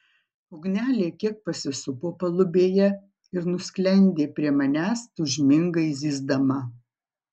ugnelė kiek pasisupo palubėje ir nusklendė prie manęs tūžmingai zyzdama